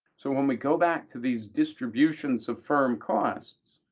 so when we go back to these distributions of firm costs,